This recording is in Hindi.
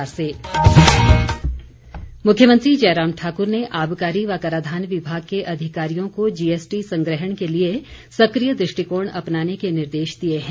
जीएसटी मुख्यमंत्री जयराम ठाकुर ने आबकारी व कराधान विभाग के अधिकारियों को जीएसटी संग्रहण के लिए सक्रिय दृष्टिकोण अपनाने के निर्देश दिए हैं